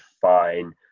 fine